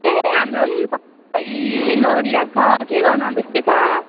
ए हाम्रो पनि सबै लडिरहेको छ के गर्नु अब यस्तै छ